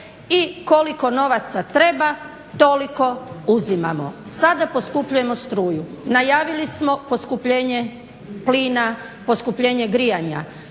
koliko novaca treba toliko uzimamo. Sada poskupljujemo struju, najavili smo poskupljenje plina, poskupljenje grijanja.